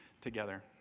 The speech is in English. together